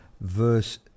verse